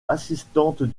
assistante